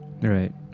Right